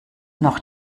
noch